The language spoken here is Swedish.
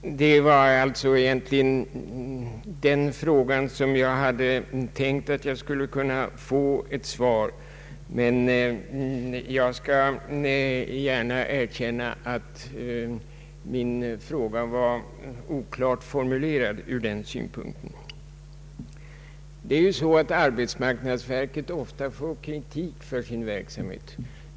Det var egentligen den frågan som jag hade tänkt att jag skulle kunna få svar på. Jag skall dock gärna erkänna att min fråga var oklart formulerad i det avseendet. Arbetsmarknadsverket får ju ofta kritik för sin verksamhet.